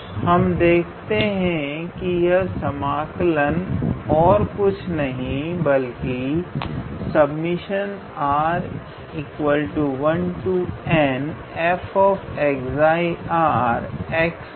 अतः हम देखते हैं कि यह समाकलन और कुछ नहीं बल्कि है